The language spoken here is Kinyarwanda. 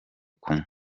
kumwe